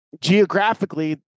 geographically